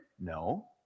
No